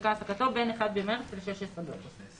שהופסקה העסקתו בין 1 במרס ל-16 באוגוסט.